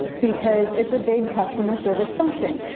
because it's a big customer service function.